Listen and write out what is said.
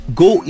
go